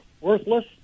worthless